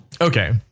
Okay